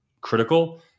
critical